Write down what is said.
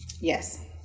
Yes